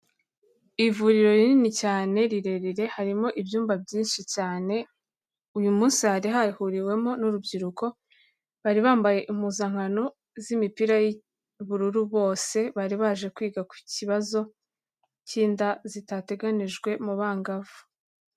Ivuriro rinini cyane rirerire harimo ibyumba byinshi cyane, uyu munsi hari hahuriwemo n'urubyiruko, bari bambaye impuzankano z'imipira y'ubururu bose bari baje kwiga ku kibazo k'inda zitateganijwe mu bangavu.